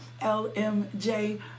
LMJ